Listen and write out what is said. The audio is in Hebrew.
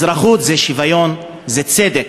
אזרחות זה שוויון, זה צדק.